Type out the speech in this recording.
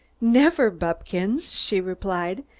never, buppkins! she replied.